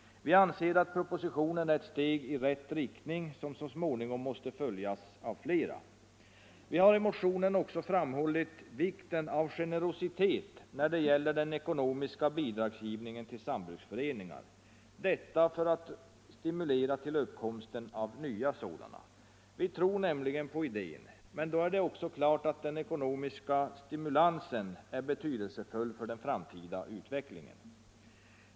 Vi anser att propositionen är ett steg i rätt riktning som så småningom måste följas av flera. Vi har i motionen också framhållit vikten av generositet när det gäller den ekonomiska bidragsgivningen till sambruksföreningar, detta för att stimulera till uppkomsten av nya sådana. Vi tror nämligen på idén, men då är det också klart att den ekonomiska stimulansen är betydelsefull för den framtida utvecklingen.